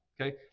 Okay